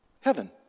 heaven